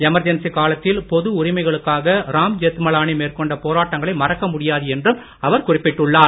emergency காலத்தில் பொது உரிமைகளுக்காக ராம்ஜெத் மலானி மேற்கொண்ட போராட்டங்களை மறக்க முடியாது என்றும் அவர் குறிப்பிட்டுள்ளார்